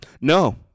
No